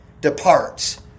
departs